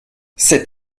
cet